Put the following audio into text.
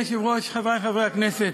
אדוני היושב-ראש, חברי חברי הכנסת